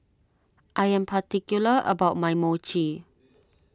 I am particular about my Mochi